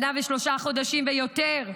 שנה ושלושה חודשים ויותר,